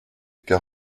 car